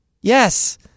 Yes